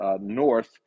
north